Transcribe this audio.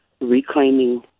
reclaiming